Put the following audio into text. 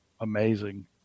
amazing